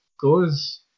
goes